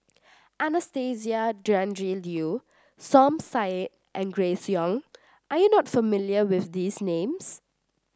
Anastasia Tjendri Liew Som Said and Grace Young are you not familiar with these names